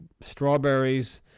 strawberries